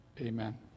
Amen